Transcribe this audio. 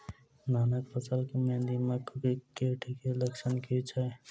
धानक फसल मे दीमक कीट केँ लक्षण की अछि?